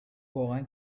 واقعا